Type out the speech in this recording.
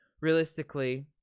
realistically